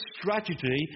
strategy